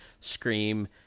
scream